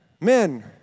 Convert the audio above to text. Men